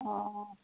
অঁ অঁ